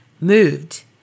moved